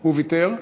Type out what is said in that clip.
הוא ויתר?